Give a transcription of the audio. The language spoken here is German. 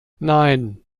nein